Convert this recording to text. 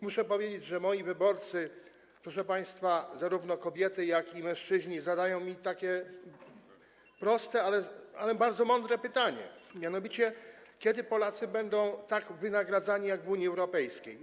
Muszę powiedzieć, że moi wyborcy, proszę państwa, zarówno kobiety, jak i mężczyźni, zadają mi takie proste, ale bardzo mądre pytanie, mianowicie: Kiedy Polacy w kraju będą tak wynagradzani jak w Unii Europejskiej?